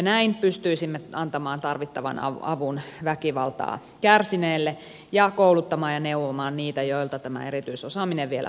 näin pystyisimme antamaan tarvittavan avun väkivaltaa kärsineelle ja kouluttamaan ja neuvomaan niitä joilta tämä erityisosaaminen vielä puuttuu